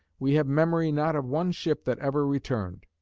we have memory not of one ship that ever returned,